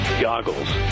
goggles